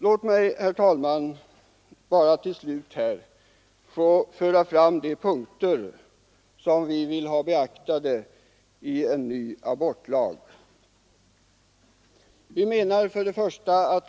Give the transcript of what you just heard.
Låt mig, herr talman, sammanfatta de synpunkter som vi reservanter vill ha beaktade i en ny abortlag. 1.